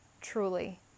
truly